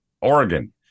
Oregon